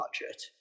budget